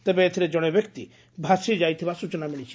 ତେବେ ଏଥିରେ ଜଣେ ବ୍ୟକ୍ତି ଭାସି ଯାଇଥିବା ସ୍ୱଚନା ମିଳିଛି